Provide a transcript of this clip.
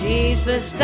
Jesus